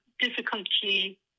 difficulty